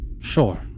Sure